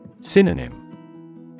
Synonym